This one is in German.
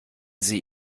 sie